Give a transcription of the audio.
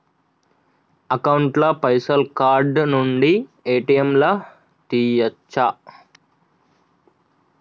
Account ల పైసల్ card నుండి ఏ.టి.ఎమ్ లా తియ్యచ్చా?